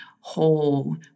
whole